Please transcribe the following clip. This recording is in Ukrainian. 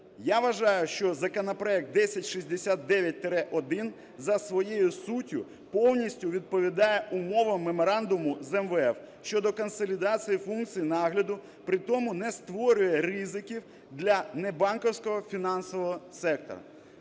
Я вважаю, що законопроект 1069-1 за своєю суттю повністю відповідає умовам Меморандуму з МВФ щодо консолідації функції нагляду, при тому не створює ризиків для не банківського фінансового сектору.